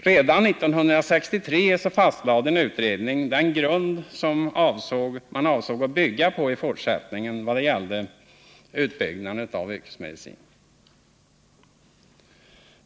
Redan 1963 fastlade en utredning den grund som man avsåg att bygga på i fortsättningen i vad det gällde utbyggnaden av yrkesmedicinen.